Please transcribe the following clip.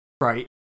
right